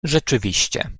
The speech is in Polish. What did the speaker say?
rzeczywiście